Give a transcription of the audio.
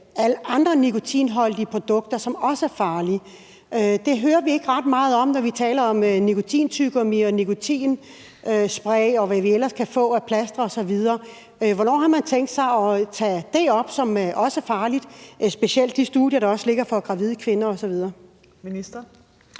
andre nikotinholdige produkter, som også er farlige? Det hører vi ikke ret meget om, når vi taler om nikotintyggegummi og nikotinspray, og hvad vi ellers kan få af plastre osv. Hvornår har man tænkt sig at tage det op, som også er farligt, specielt ud fra de studier, der også ligger om gravide kvinder osv.?